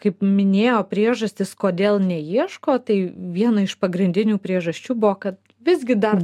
kaip minėjo priežastis kodėl neieško tai viena iš pagrindinių priežasčių buvo kad visgi dar